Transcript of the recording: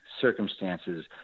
circumstances